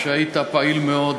שהיית פעיל מאוד בישיבות,